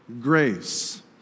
grace